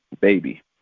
baby